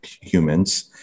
humans